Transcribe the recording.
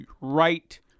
right